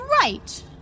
right